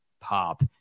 Pop